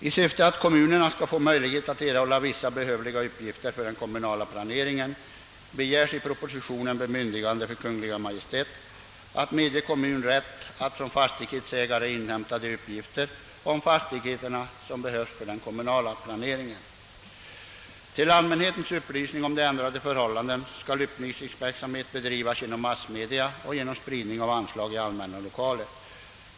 I syfte att bereda kommunerna möjligheter att erhålla vissa uppgifter som erfordras för den kommunala planeringen begäres i propositionen bemyndigande för Kungl. Maj:t att medge kommun rätt att från fastighetsägare inhämta de uppgifter om fastigheterna som behövs för den kommunala planeringen. Till allmänhetens upplysning om de ändrade förhållandena skall upplys ningsverksamhet bedrivas genom massmedia och genom spridning av anslag som uppsättes i allmänna lokaler.